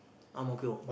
ang-mo-kio